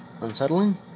unsettling